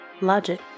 Logic